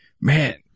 Man